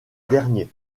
derniers